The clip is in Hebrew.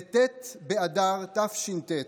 בט' באדר תש"ט,